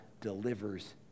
delivers